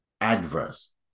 adverse